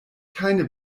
keine